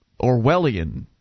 Orwellian